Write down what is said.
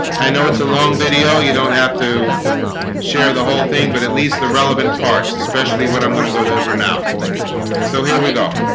i? know it's a long video. you don't have to share the whole thing, but at least the relevant parts especially what i'm going to go over now so here we go